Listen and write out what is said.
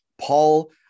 Paul